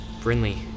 Brinley